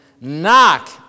Knock